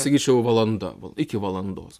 sakyčiau valanda iki valandos